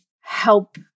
help